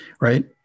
right